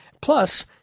Plus